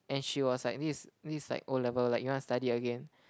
and she was like this this like O-level like you wanna study again